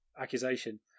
accusation